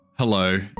Hello